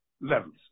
levels